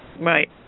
Right